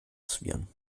zwirn